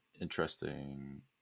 interesting